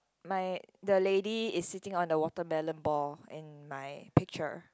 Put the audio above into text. my the lady is sitting on the watermelon ball in my picture